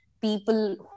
people